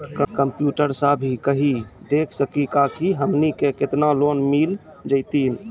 Computer सा भी कही देख सकी का की हमनी के केतना लोन मिल जैतिन?